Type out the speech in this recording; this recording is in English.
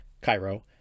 Cairo